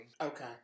Okay